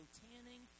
tanning